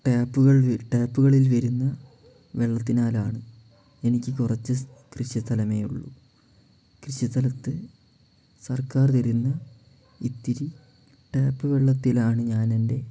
ടാപ്പുകൾ ടാപ്പുകളിൽ വരുന്ന വെള്ളത്തിനാലാണ് എനിക്ക് കുറച്ച് കൃഷി സ്ഥലമേ ഉള്ളു കൃഷി സ്ഥലത്ത് സർക്കാർ തരുന്ന ഇത്തിരി ടാപ്പ് വെള്ളത്തിലാണ് ഞാനെൻ്റെ